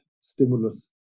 stimulus